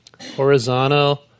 horizontal